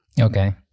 okay